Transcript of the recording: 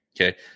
Okay